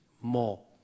more